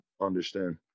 understand